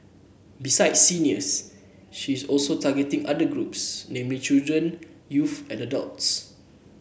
besides seniors she is also targeting other groups namely children youth and adults